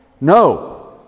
No